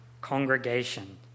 congregation